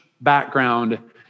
background